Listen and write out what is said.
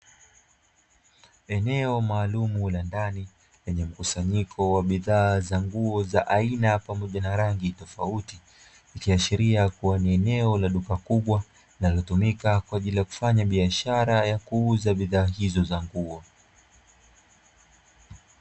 Eneo maalumu la ndani lenye mkusanyiko wa bidhaa za nguo za aina pamoja na rangi tofauti, likiashiria kuwa ni eneo la duka kubwa linalotumika kwa ajili ya kufanya biashara ya kuuza bidhaa hizo za nguo.